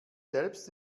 selbst